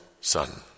son